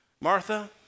Martha